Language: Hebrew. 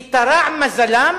איתרע מזלם